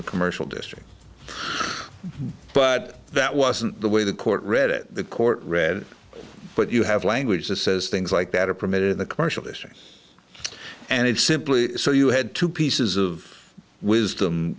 the commercial district but that wasn't the way the court read it the court read it but you have language that says things like that are permitted in the commercialization and it simply so you had two pieces of wisdom